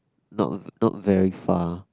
not not very far